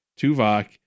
Tuvok